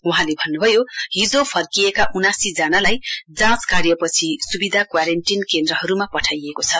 वहाँले भन्नुभयो हिजो फर्काएका उनासी जनालाई जाँच कार्यपछि सुविधा क्वारेन्टीन केन्द्रहरूमा पठाइएकोछ